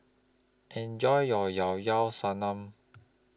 Enjoy your Llao Llao Sanum